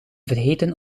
vergeten